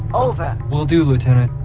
over will do, lieutenant.